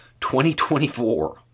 2024